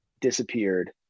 disappeared